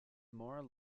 more